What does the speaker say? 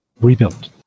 rebuilt